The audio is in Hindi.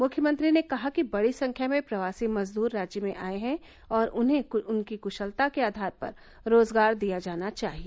मुख्यमंत्री ने कहा कि बड़ी संख्या में प्रवासी मजदूर राज्य में आए हैं और उन्हें उनकी क्शलता के आधार पर रोजगार दिया जाना चाहिए